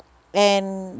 and